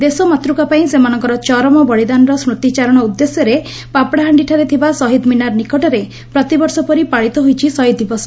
ଦେଶମାତୃକାପାଇଁ ସେମାନଙ୍କର ଚରମ ବଳିଦାନର ସ୍କୁତିଚାରଣ ଉଦ୍ଦେଶ୍ୟରେ ପାପଡ଼ାହାଣ୍ଡିଠାରେ ଥିବା ଶହୀଦ୍ ମିନାର୍ ନିକଟରେପ୍ରତିବର୍ଷ ପରି ପାଳିତ ହୋଇଛି ଶହୀଦ୍ ଦିବସ